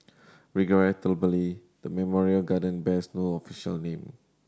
regrettably the memorial garden bears no official name